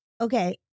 Okay